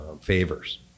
favors